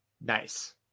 Nice